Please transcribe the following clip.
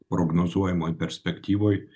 prognozuojamoj perspektyvoj